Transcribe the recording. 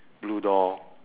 blue door